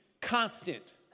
constant